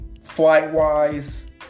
flight-wise